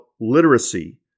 literacy